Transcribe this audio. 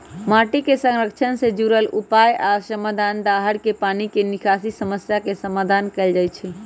माटी के संरक्षण से जुरल उपाय आ समाधान, दाहर के पानी के निकासी समस्या के समाधान कएल जाइछइ